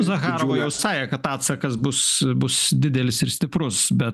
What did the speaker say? zacharova jau sakė kad atsakas bus bus didelis ir stiprus bet